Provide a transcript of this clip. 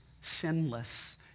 sinless